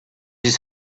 his